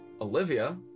Olivia